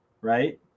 right